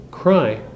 cry